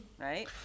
Right